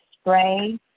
spray